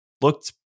looked